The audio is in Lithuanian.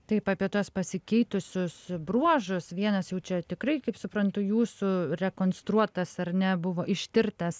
taip apie tuos pasikeitusius bruožus vienas jau čia tikrai kaip suprantu jūsų rekonstruotas ar ne buvo ištirtas